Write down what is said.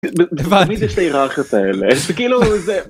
‫נגיד יש את ההיררכיות האלה, ‫זה כאילו זה...